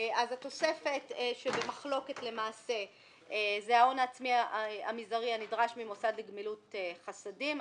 התוספת שבמחלוקת למעשה זה ההון העצמי המזערי הנדרש ממוסד לגמילות חסדים.